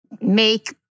make